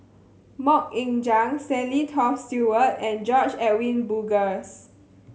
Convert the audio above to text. Mok Ying Jang Stanley Toft Stewart and George Edwin Bogaars